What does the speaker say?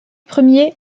premiers